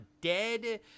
dead